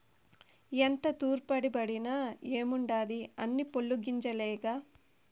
ఎంత తూర్పారబట్టిన ఏముండాది అన్నీ పొల్లు గింజలేగా